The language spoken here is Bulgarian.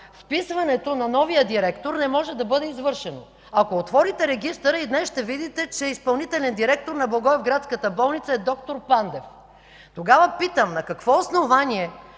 вписването на новия директор не може да бъде извършено. Ако отворите регистъра и днес ще видите, че изпълнителен директор на благоевградската болница е д-р Пандев. Тогава питам: на какво основание